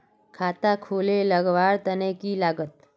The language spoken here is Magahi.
खाता खोले लगवार तने की लागत?